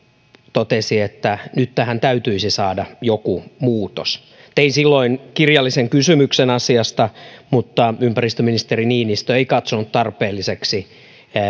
totesi että nyt tähän täytyisi saada joku muutos tein silloin kirjallisen kysymyksen asiasta mutta ympäristöministeri niinistö ei katsonut tarpeelliseksi